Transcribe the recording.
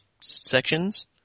sections